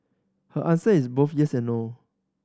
her answer is both yes and no